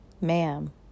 Ma'am